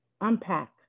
unpack